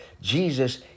Jesus